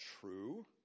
true